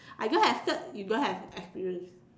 I don't have certs you don't have experience ya